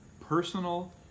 personal